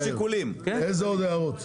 איזה עוד הערות?